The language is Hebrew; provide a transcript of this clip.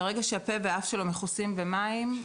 ברגע שהפה והאף שלו מכוסים במים,